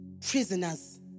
prisoners